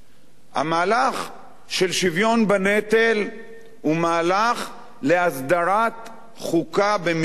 המהלך של שוויון בנטל הוא מהלך להסדרת חוקה במידה רבה,